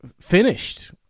finished